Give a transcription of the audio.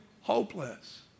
hopeless